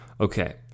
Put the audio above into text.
Okay